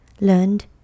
learned